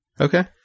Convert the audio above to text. Okay